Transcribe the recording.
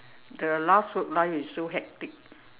the last work life is so hectic